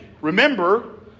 Remember